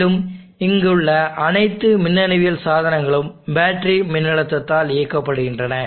மேலும் இங்குள்ள அனைத்து மின்னணுவியல் சாதனங்களும் பேட்டரி மின்னழுத்தத்தால் இயக்கப்படுகின்றன